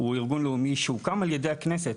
הוא ארגון לאומי שהוקם על ידי הכנסת.